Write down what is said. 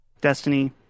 Destiny